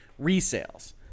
resales